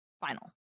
final